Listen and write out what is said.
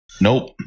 nope